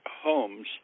homes